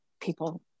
people